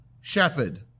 shepherd